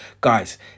Guys